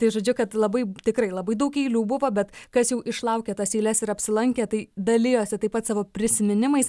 tai žodžiu kad labai tikrai labai daug eilių buvo bet kas jau išlaukė tas eiles ir apsilankė tai dalijosi taip pat savo prisiminimais